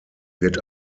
wird